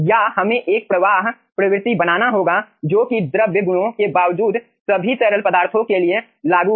या हमें एक प्रवाह प्रवृत्ति बनाना होगा जो कि द्रव गुणों के बावजूद सभी तरल पदार्थों के लिए लागू हो